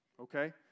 okay